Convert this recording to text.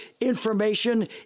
information